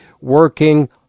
working